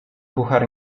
puchar